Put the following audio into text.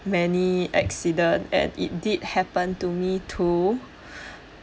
many accidents and it did happen to me too